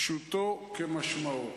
פשוטו כמשמעו.